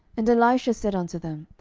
and elisha said unto them,